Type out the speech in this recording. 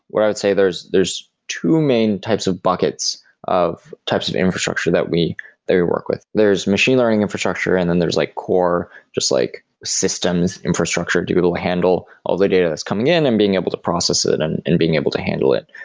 what i would say, there's there's two main types of buckets of types of infrastructure that we that we work with. there's machine learning infrastructure and then there's like core, just like systems infrastructure to ah handle all the data that's coming in and being able to processes it and and being able to handle it.